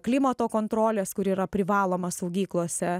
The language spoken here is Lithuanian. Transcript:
klimato kontrolės kuri yra privaloma saugyklose